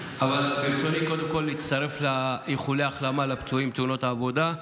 אבל ברצוני קודם כול להצטרף לאיחולי ההחלמה לפצועים בתאונות העבודה.